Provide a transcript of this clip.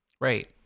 Right